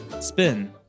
spin